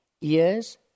ears